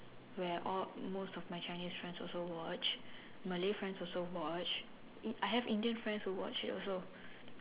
where all most of my Chinese friends also watch Malay friends also watch in~ I have Indian friends who watch it also